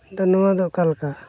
ᱛᱚ ᱱᱚᱣᱟ ᱫᱚ ᱚᱠᱟ ᱞᱮᱠᱟ